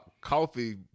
coffee